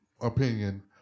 opinion